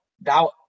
thou